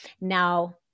Now